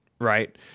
right